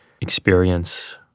experience